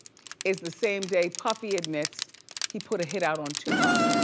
is the same day puffy admits he put a hit out on tupac.